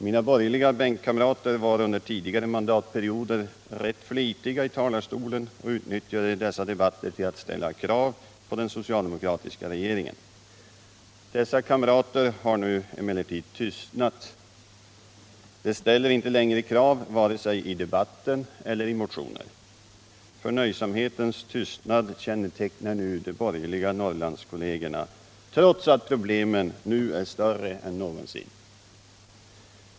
Mina borgerliga bänkkamrater var under tidigare mandatperioder rätt flitiga i talarstolen och utnyttjade dessa debatter till att ställa krav på den socialdemokratiska regeringen. Dessa kamrater har nu tystnat. De ställer inte längre krav vare sig i debatten eller i motioner. Förnöjsamhetens tystnad kännetecknar nu de borgerliga Norrlandskollegerna, trots att problemen nu är större än någonsin.